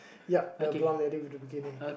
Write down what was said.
yup the blonde lady with the bikini